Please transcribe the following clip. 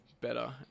better